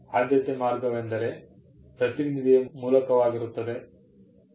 ಆದ್ಯತೆಯ ಮಾರ್ಗವೆಂದರೆ ಪೇಟೆಂಟ್ ಪ್ರತಿನಿಧಿಯ ಮೂಲಕವಾಗಿರುತ್ತದೆ